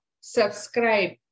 subscribe